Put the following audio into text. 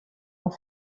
dans